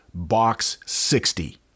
Box60